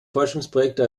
forschungsprojekte